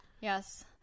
Yes